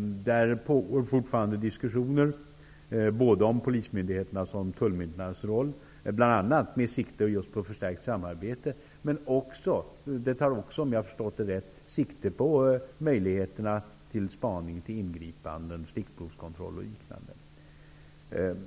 Det pågår fortfarande diskussioner där om polis och tullmyndigheternas roll -- bl.a. med sikte på just ett förstärkt samarbete men också på, om jag har förstått saken rätt, möjligheterna till spaning, ingripanden, sticksprovskontroller och liknande.